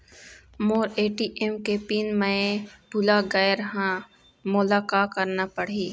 मोर ATM के PIN मैं भुला गैर ह, मोला का करना पढ़ही?